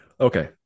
Okay